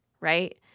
right